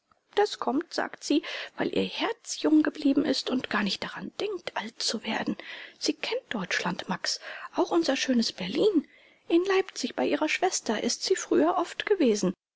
das kommt sagt sie weil ihr herz jung geblieben ist und gar nicht daran denkt alt zu werden sie kennt deutschland max auch unser schönes berlin in leipzig bei ihrer schwester ist sie früher oft gewesen